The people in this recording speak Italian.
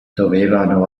dovevano